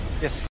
Yes